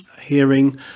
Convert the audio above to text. hearing